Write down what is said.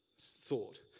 thought